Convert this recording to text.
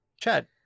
Chad